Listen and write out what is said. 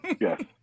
Yes